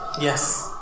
Yes